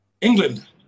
England